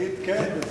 תגיד כן, וזהו.